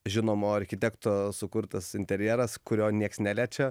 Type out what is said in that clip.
žinomo architekto sukurtas interjeras kurio nieks neliečia